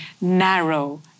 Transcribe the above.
narrow